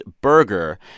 burger